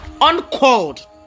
uncalled